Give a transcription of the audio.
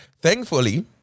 Thankfully